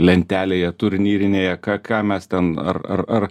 lentelėje turnyrinėje ką ką mes ten ar ar ar